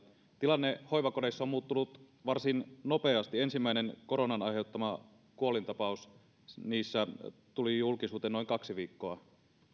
tilanne hoivakodeissa on muuttunut varsin nopeasti ensimmäinen koronan aiheuttama kuolintapaus niissä tuli julkisuuteen noin kaksi viikkoa